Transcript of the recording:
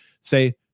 say